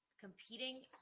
competing